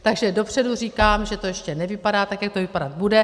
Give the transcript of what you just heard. Takže dopředu říkám, že to ještě nevypadá tak, jak to vypadat bude.